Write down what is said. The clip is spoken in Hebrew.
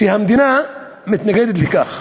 כשהמדינה מתנגדת לכך?